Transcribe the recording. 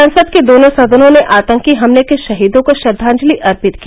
संसद के दोनों सदनों ने आतंकी हमले के शहीदों को श्रद्दांजलि अर्पित की